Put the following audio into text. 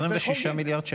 26 מיליארד שקלים.